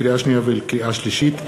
לקריאה שנייה ולקריאה שלישית: